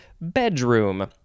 bedroom